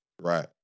Right